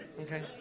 Okay